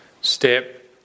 step